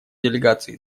делегации